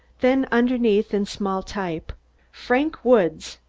then underneath in small type frank woods,